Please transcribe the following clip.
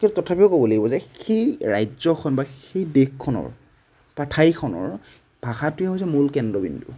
কিন্তু তথাপিও ক'ব লাগিব যে সেই ৰাজ্যখন বা সেই দেশখনৰ বা ঠাইখনৰ ভাষাটোৱে হৈছে মূল কেন্দ্ৰবিন্দু